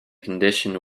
condition